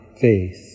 faith